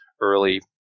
early